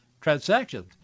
transactions